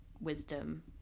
wisdom